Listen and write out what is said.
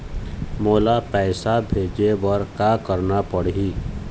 मोला पैसा भेजे बर का करना पड़ही?